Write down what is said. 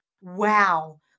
wow